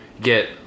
get